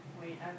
Wait